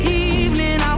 evening